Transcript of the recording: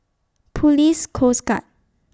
Police Coast Guard